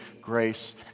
grace